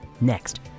Next